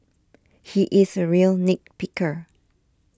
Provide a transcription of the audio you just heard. he is a real nit picker